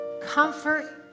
comfort